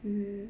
mm